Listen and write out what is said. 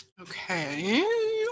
Okay